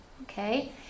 Okay